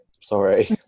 sorry